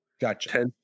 Gotcha